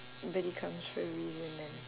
body comes for a reason and